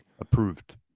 approved